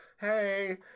hey